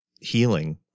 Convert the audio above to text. healing